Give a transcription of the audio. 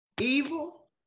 evil